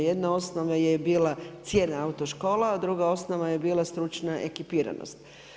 Jedna osnova je bila cijena autoškola, a druga osnova je bila stručna ekipiranost.